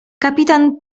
kapitan